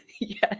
Yes